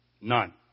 None